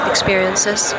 experiences